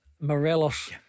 Morelos